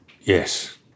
Yes